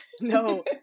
No